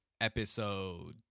Episode